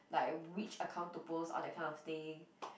like which account to post on that kind of thing